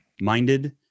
minded